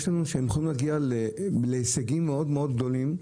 שהם יכולים להגיע להישגים מאוד מאוד גדולים.